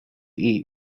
eat